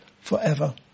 forever